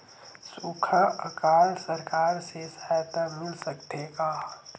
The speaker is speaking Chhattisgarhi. सुखा अकाल सरकार से सहायता मिल सकथे का?